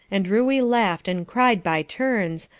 and ruey laughed and cried by turns,